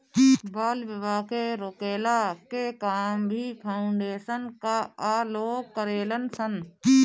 बाल विवाह के रोकला के काम भी फाउंडेशन कअ लोग करेलन सन